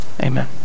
Amen